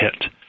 hit